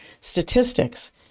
statistics